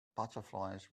butterflies